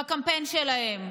בקמפיין שלהם,